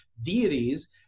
deities